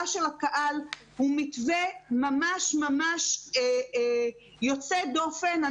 של הקהל הוא מתווה ממש ממש יוצא דופן.